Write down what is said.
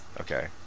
Okay